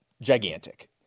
gigantic